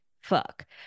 fuck